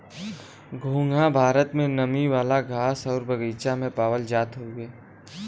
घोंघा भारत में नमी वाला घास आउर बगीचा में पावल जात हउवे